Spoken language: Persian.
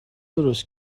درست